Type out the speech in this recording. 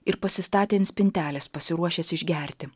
ir pasistatė ant spintelės pasiruošęs išgerti